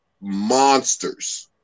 monsters